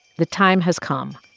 the time has come.